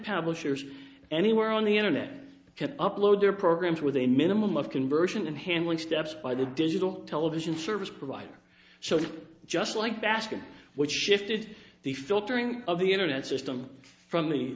publishers anywhere on the internet can upload their programs with a minimum of conversion and handling steps by the digital television service provider so just like basket which shifted the filtering of the internet system from the